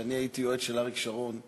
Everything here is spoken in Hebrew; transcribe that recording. שאני הייתי יועץ של אריק שרון,